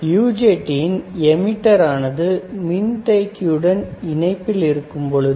UJTஇன் emitter ஆனது மின்தேக்கி யுடன் இணைப்பில் இருக்கும் பொழுது